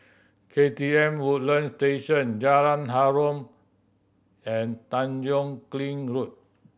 K T M Woodlands Station Jalan Harum and Tanjong Kling Road